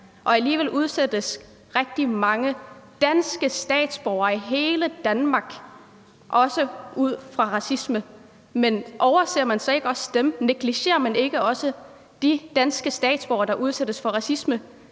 og alligevel udsættes rigtig mange danske statsborgere i hele Danmark for racisme. Men overser man så ikke også dem, negligerer man ikke også de danske statsborgere, der udsættes for racisme,